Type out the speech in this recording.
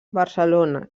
barcelona